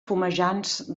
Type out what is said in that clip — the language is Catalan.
fumejants